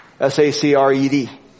S-A-C-R-E-D